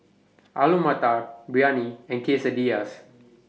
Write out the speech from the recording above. Alu Matar Biryani and Quesadillas